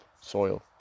soil